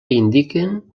indiquen